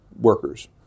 workers